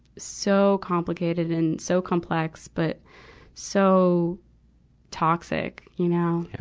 so complicated and so complex, but so toxic, you know. yeah.